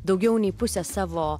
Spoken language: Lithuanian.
daugiau nei pusę savo